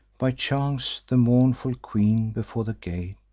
by chance, the mournful queen, before the gate,